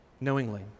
knowingly